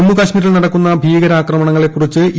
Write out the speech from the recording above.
ജമ്മു കശ്മീരിൽ നടക്കുന്ന ഭീകരാക്രമണങ്ങളെക്കുറിച്ച് ഇ